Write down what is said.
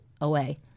away